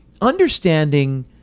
Understanding